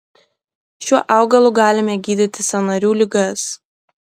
šiuo augalu galime gydyti sąnarių ligas